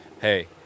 hey